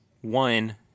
One